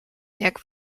jak